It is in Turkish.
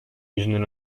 yüzünden